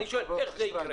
אני שואל אך זה יקרה.